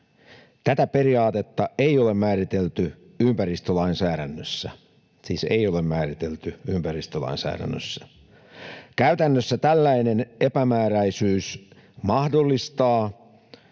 — siis ei ole määritelty ympäristölainsäädännössä. Käytännössä tällainen epämääräisyys mahdollistaa